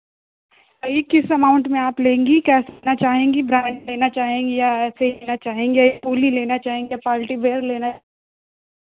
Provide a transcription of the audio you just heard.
कहिए किस अमाउन्ट में आप लेंगी कैसा लेना चाहेंगी ब्रान्ड लेना चाहेंगी या ऐसे ही लेना चाहेंगी या इस्कूली लेना चाहेंगी या पार्टीवियर लेना चाहेंगी